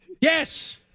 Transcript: yes